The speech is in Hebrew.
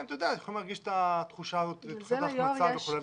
הם יכולים להרגיש את תחושת ההחמצה וכו'.